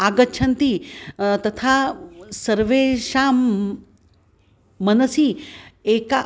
आगच्छन्ति तथा सर्वेषां मनसि एकं